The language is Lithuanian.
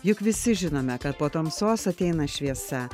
juk visi žinome kad po tamsos ateina šviesa